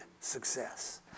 success